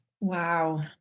Wow